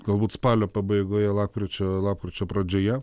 galbūt spalio pabaigoje lapkričio lapkričio pradžioje